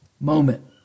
moment